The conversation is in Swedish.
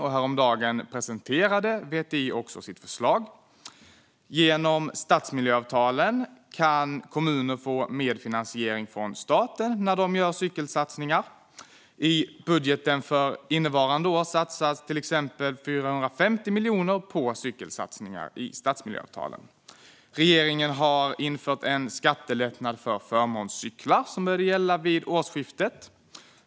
Häromdagen presenterade VTI också sitt förslag. Genom stadsmiljöavtalen kan kommuner få medfinansiering från staten när de gör cykelsatsningar. I budgeten för innevarande år satsas till exempel 450 miljoner på cykelsatsningar i stadsmiljöavtalen. Regeringen har infört en skattelättnad för förmånscyklar, som började gälla vid årsskiftet.